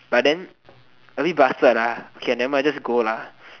but then a bit bastard ah okay nevermind I just go lah